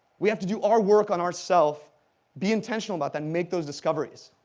we have to do our work on ourselves be intentional about that, and make those discoveries.